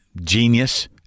genius